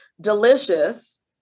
Delicious